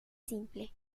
simple